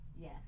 Yes